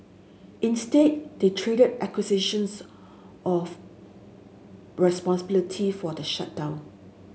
instead they traded accusations of responsibility for the shutdown